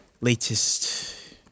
latest